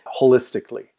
holistically